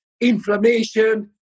inflammation